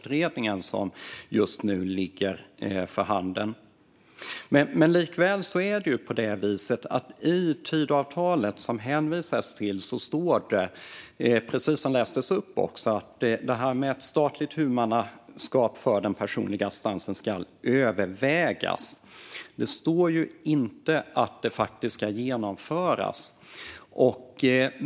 Precis som lästes upp står det i Tidöavtalet att ett statligt huvudmannaskap för personlig assistans ska övervägas. Det står inte att det faktiskt ska genomföras.